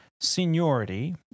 seniority